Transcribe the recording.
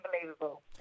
unbelievable